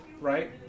right